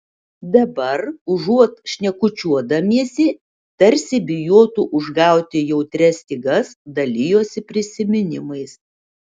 dabar užuot šnekučiuodamiesi tarsi bijotų užgauti jautrias stygas dalijosi prisiminimais